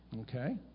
Okay